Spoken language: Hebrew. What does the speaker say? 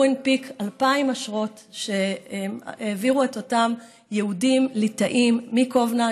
הוא הנפיק 2,000 אשרות שהעבירו את אותם יהודים ליטאים מקובנה,